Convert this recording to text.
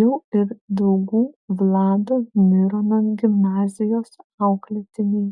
jau ir daugų vlado mirono gimnazijos auklėtiniai